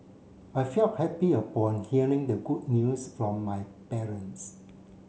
I felt happy upon hearing the good news from my parents